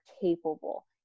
capable